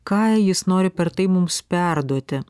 ką jis nori per tai mums perduoti